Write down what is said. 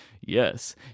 yes